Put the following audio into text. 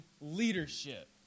leadership